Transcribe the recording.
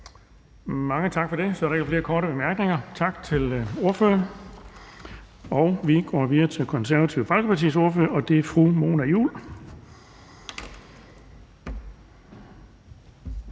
Bonnesen): Så er der ikke flere korte bemærkninger. Tak til ordføreren. Vi går videre til Det Konservative Folkepartis ordfører, og det er fru Mona Juul.